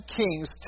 kings